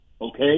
Okay